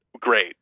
great